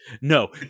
No